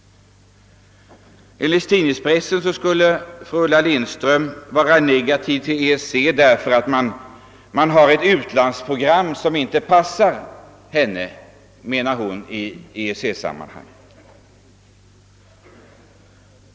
Enligt tidningspressen skulle fru Ulla Lindström ställa sig negativ till EEC därför att vi har ett utlandsprogram som enligt hennes åsikt inte passar i EEC sammanhang.